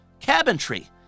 cabinetry